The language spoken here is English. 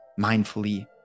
mindfully